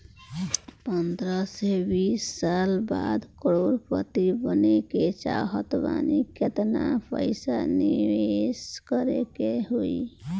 पंद्रह से बीस साल बाद करोड़ पति बने के चाहता बानी केतना पइसा निवेस करे के होई?